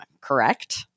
Correct